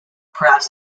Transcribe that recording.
perhaps